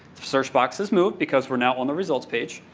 search box is moved because we're now on the results page.